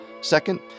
Second